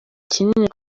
kinini